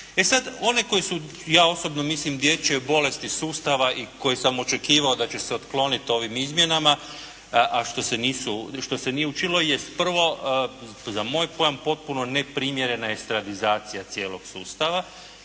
E sad, one koje su, ja osobno mislim dječje bolesti sustava i koje sam očekivao da će se otkloniti ovim izmjenama, a što se nije učinilo jest prvo, za moj pojam potpuno neprimjerena estradizacija cijelog sustava